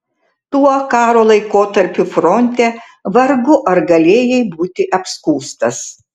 tuo karo laikotarpiu fronte vargu ar galėjai būti apskųstas